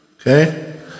Okay